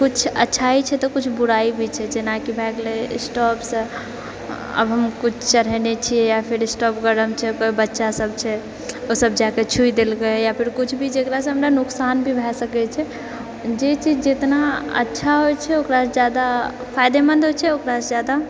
किछु अच्छाइ छै तऽ किछु बुराइ भी छै जेनाकि भए गेलै स्टोवसँ आब हम किछु चढ़ेने छिऐ या फेर स्टोव गरम छै बच्चा सब छै ओ सब जाएके छुइ देलकै या फेर किछु भी जेकरासँ हमरा नुकसान भी भए सकैत छै जे चीज जेतना अच्छा होइत छै ओकरासँ जादा फायदेमंद होइत छै ओकरासँ जादा